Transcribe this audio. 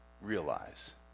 realize